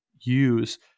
use